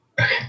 Okay